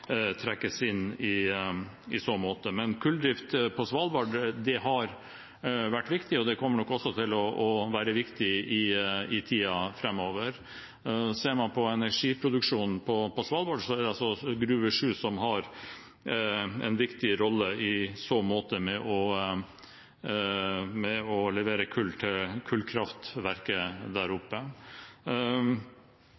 trekkes inn. Men kulldrift på Svalbard har vært viktig, og det kommer nok også til å være viktig i tiden framover. Ser man på energiproduksjonen på Svalbard, er det Gruve 7 som har en viktig rolle med å levere kull til kullkraftverket der oppe.